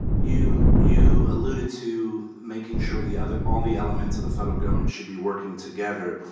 you you alluded to making sure the other all the elements of the federal government should be working together,